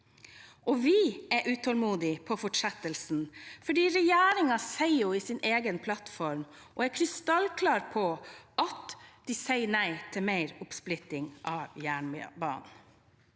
Vi er utålmodige på fortsettelsen, for regjeringen er i sin egen plattform krystallklar på at de sier nei til mer oppsplitting av jernbanen.